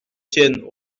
tienne